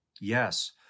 Yes